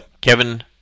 Kevin